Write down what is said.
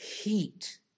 heat